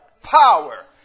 Power